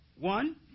One